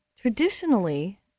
Traditionally